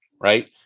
Right